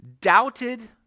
doubted